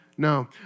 No